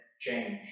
Change